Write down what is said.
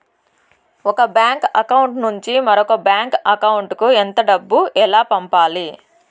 ఒక bank account నుంచి మరొక బ్యాంకు అకౌంట్ కు ఎంత డబ్బు ఎలా పంపాలి